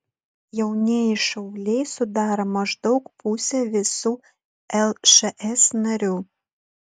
jaunieji šauliai sudaro maždaug pusę visų lšs narių